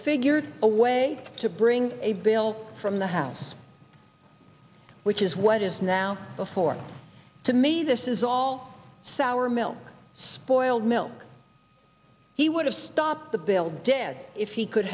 figured a way to bring a bill from the house which is what is now before to me this is all sour milk spoiled milk he would have stopped the bill dead if he could